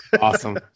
Awesome